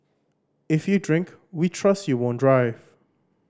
if you drink we trust you won't drive